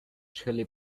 chili